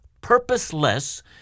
purposeless